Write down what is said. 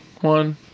one